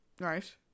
Right